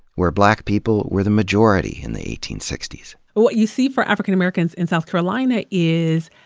where black people were the majority in the eighteen sixty s. what you see for african-americans in south carolina is,